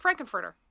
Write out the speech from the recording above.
Frankenfurter